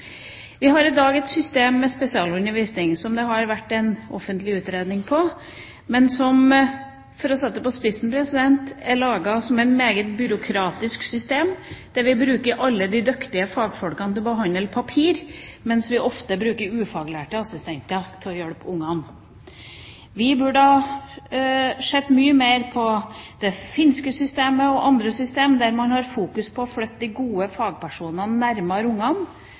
Vi har i dag et system med spesialundervisning, som det har vært en offentlig utredning om, men som, for å sette det på spissen, er laget som et meget byråkratisk system der vi bruker alle de dyktige fagfolkene til å behandle papir, mens vi ofte bruker ufaglærte assistenter til å hjelpe barna. Vi burde ha sett mye mer på det finske systemet og andre systemer der man har fokus på å flytte de gode fagpersonene nærmere